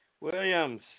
Williams